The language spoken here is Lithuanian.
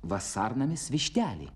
vasarnamis vištelei